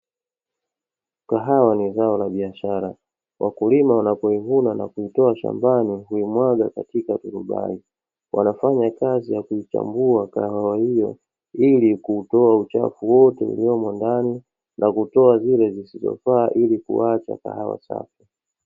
Kahawa ni zao la biashara, wakulima wanapoivuna na kuitoa shambani huimwaga katika turubai. Wanafanya kazi ya kuichambua kahawa hiyo, ili kuutoa uchafu wote uliomo ndani, na kutoa zile zisizofaa ili kuacha kahawa safi.